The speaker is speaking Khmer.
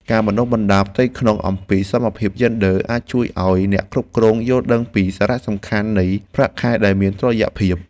ការបណ្តុះបណ្តាលផ្ទៃក្នុងអំពីសមភាពយេនឌ័រអាចជួយឱ្យអ្នកគ្រប់គ្រងយល់ដឹងពីសារៈសំខាន់នៃប្រាក់ខែដែលមានតុល្យភាព។